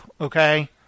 Okay